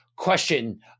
question